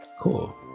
cool